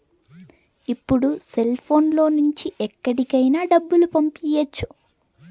ఇప్పుడు సెల్ఫోన్ లో నుంచి ఎక్కడికైనా డబ్బులు పంపియ్యచ్చు